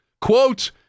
Quote